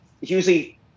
usually